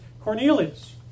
Cornelius